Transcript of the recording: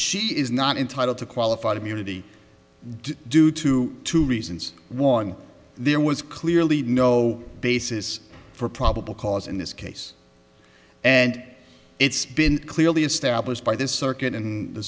she is not entitled to qualified immunity due to two reasons one there was clearly no basis for probable cause in this case and it's been clearly established by this circuit in the